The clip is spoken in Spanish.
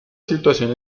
situación